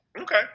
Okay